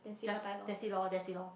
just that's it lor that's it lor